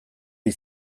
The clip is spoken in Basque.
hil